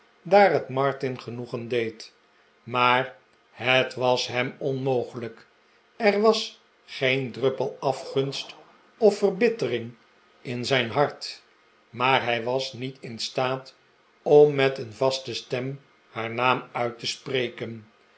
daar het martin genoegen deed maar het was hem onmogelijk er was geen druppel afgunst of verbittering in zijn hart maar hij was niet in staat om met een vaste stem haar naam uit te spreken